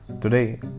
Today